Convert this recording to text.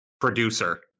producer